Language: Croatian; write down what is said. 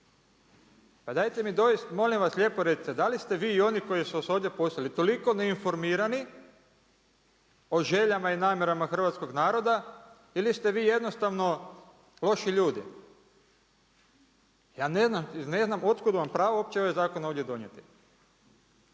A dajte mi molim vas lijepo recite, da li ste vi i oni koji su vas ovdje poslali toliko neinformirani o željama i namjerama hrvatskog naroda ili ste vi jednostavno loši ljudi? Ja ne znam od kud vam pravo uopće ovaj zakon ovdje donijeti?